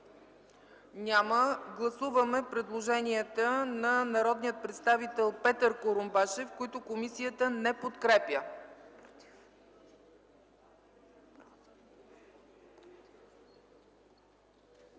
Няма. Гласуваме предложението на народния представител Петър Курумбашев, което комисията не подкрепя.